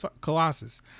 Colossus